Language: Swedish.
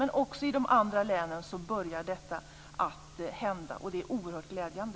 Men också i de andra länen börjar detta att hända. Det är oerhört glädjande.